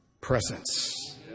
presence